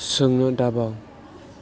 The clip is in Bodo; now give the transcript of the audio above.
सोंनो दाबाव